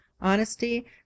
honesty